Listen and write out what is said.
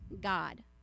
god